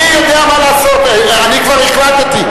אני יודע מה לעשות, אני כבר החלטתי.